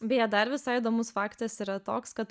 beje dar visai įdomus faktas yra toks kad